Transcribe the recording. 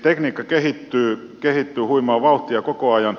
tekniikka kehittyy huimaa vauhtia koko ajan